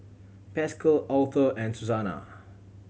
Pascal Authur and Suzanna